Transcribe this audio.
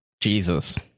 jesus